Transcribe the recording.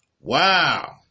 Wow